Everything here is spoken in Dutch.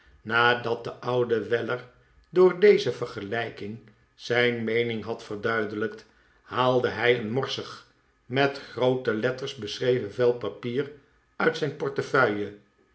nadat de oude weller door deze vergelijking zijn meening had verduidelijkt haalde hij een morsig met groote letters beschreven vel papier uit zijn portefeuille